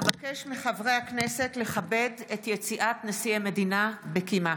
אבקש מחברי הכנסת לכבד את יציאת נשיא המדינה בקימה.